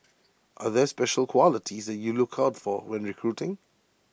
are there special qualities that you look out for when recruiting